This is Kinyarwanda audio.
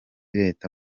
leta